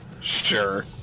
sure